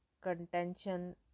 contention